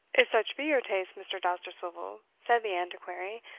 if such be your taste, mr. dousterswivel, said the antiquary,